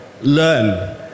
learn